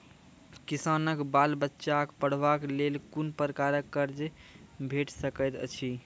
किसानक बाल बच्चाक पढ़वाक लेल कून प्रकारक कर्ज भेट सकैत अछि?